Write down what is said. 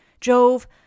Jove